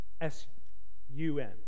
S-U-N